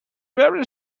very